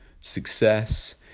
success